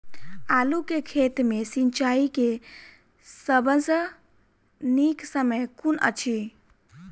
आलु केँ खेत मे सिंचाई केँ सबसँ नीक समय कुन अछि?